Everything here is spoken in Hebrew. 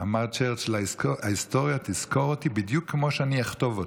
אמר צ'רצ'יל: ההיסטוריה תזכור אותי בדיוק כמו שאני אכתוב אותה.